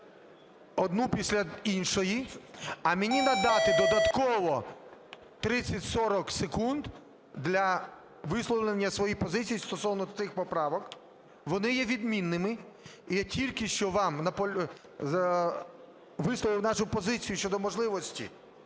одну після іншої, а мені надати додатково 30-40 секунд для висловлення своєї позиції стосовно тих поправок, вони є відмінними. Я тільки що вам висловив нашу позицію щодо можливості